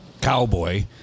cowboy